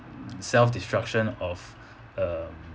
self destruction of um